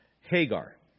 Hagar